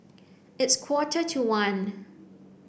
its quarter to one